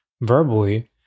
verbally